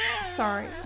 sorry